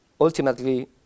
ultimately